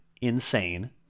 insane